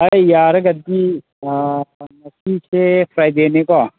ꯌꯥꯔꯒꯗꯤ ꯉꯁꯤꯁꯦ ꯐ꯭ꯔꯥꯏꯗꯦꯅꯤꯀꯣ